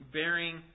bearing